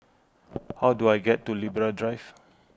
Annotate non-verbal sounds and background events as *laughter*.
*noise* how do I get to Libra Drive